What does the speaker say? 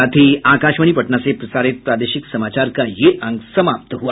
इसके साथ ही आकाशवाणी पटना से प्रसारित प्रादेशिक समाचार का ये अंक समाप्त हुआ